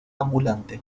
ambulante